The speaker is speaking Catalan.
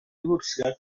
divorciar